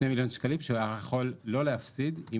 2 מיליון שקלים שהוא היה יכול לא להפסיד אם